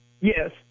Yes